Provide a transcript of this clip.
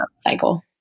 cycle